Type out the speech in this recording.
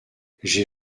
j’ai